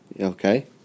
Okay